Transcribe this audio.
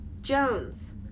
jones